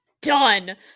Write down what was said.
done